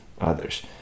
others